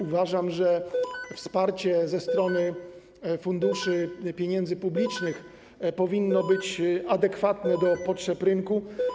Uważam, że wsparcie ze strony funduszy, pieniędzy publicznych powinno być adekwatne do potrzeb rynku.